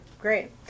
Great